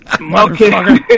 Okay